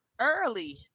early